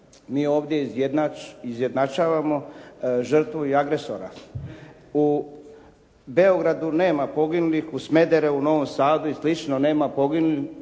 Mi ovdje izjednačavamo žrtvu i agresora. U Beogradu nema poginulih, u Smederevu, Novom Sadu i slično nema poginulih